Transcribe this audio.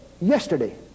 yesterday